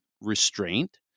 restraint